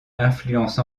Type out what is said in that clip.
influence